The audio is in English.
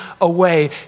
away